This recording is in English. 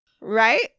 Right